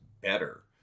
better